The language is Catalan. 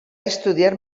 estudiar